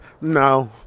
No